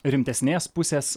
rimtesnės pusės